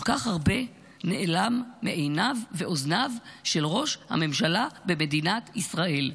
כל כך הרבה נעלם מעיניו ומאוזניו של ראש הממשלה במדינת ישראל.